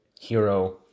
hero